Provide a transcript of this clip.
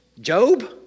Job